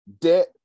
debt